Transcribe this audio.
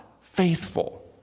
faithful